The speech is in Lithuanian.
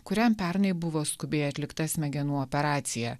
kuriam pernai buvo skubiai atlikta smegenų operacija